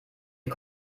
ihr